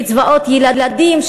קצבאות ילדים,